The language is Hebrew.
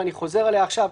ואני חוזר עליה עכשיו.